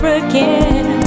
again